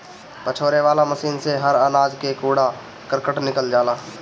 पछोरे वाला मशीन से हर अनाज कअ कूड़ा करकट निकल जाला